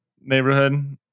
neighborhood